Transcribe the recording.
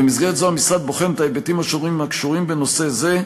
במסגרת זו המשרד בוחן את ההיבטים השונים הקשורים בנושא זה,